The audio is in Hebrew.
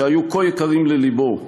שהיו כה יקרים ללבו,